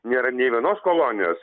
nėra nei vienos kolonijos